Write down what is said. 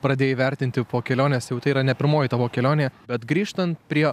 pradėjai vertinti po kelionės jau tai yra ne pirmoji tavo kelionė bet grįžtant prie